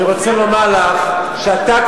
אני רוצה לומר לך שהטקטיקה,